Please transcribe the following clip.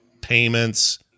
payments